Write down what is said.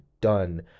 done